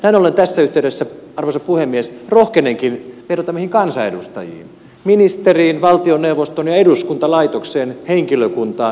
näin ollen tässä yhteydessä arvoisa puhemies rohkenenkin vedota meihin kansanedustajiin ministeriin valtioneuvoston ja eduskuntalaitoksen henkilökuntaan